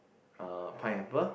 uh pineapple